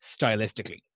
stylistically